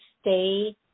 stay